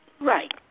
Right